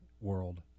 world